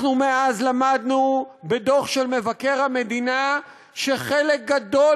אנחנו מאז למדנו בדוח של מבקר המדינה שחלק גדול